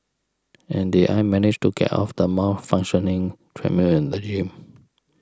and did I manage to get off the malfunctioning treadmill in the gym